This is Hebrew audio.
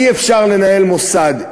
אי-אפשר לנהל מוסד,